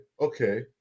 okay